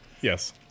Yes